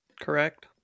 Correct